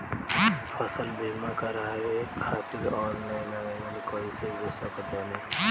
फसल बीमा करवाए खातिर ऑनलाइन आवेदन कइसे दे सकत बानी?